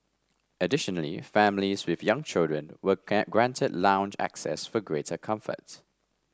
additionally families with young children were granted lounge access for greater comfort